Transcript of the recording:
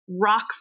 rock